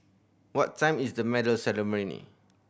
what time is the medal ceremony